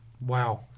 wow